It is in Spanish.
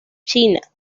china